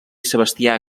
sebastià